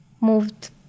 moved